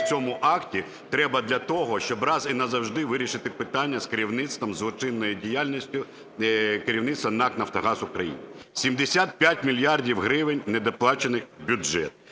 в цьому акті, треба для того, щоб раз і на завжди вирішити питання з керівництвом, зі злочинною діяльністю керівництва НАК "Нафтогаз України". 75 мільярдів гривень, недоплачених в бюджет,